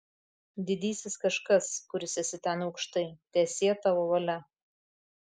didysis kažkas kuris esi ten aukštai teesie tavo valia